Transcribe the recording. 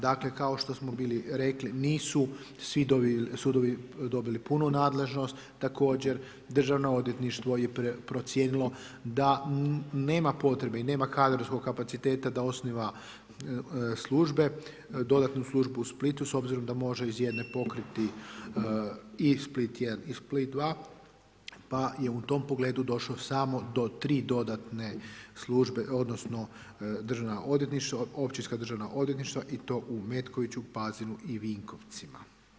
Dakle, kao što smo bili rekli nisu svi sudovi dobili punu nadležnost također državno odvjetništvo je procijenilo da nema potrebe i nema kadrovskog kapaciteta da osniva službe, dodatnu službu u Splitu s obzirom da može iz jedne pokriti i Split 1 i Split 2, pa je u tom pogledu došlo samo do 3 dodatne službe, odnosno državna odvjetništva, općinska državna odvjetništva i to u Metkoviću, Pazinu i Vinkovcima.